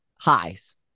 highs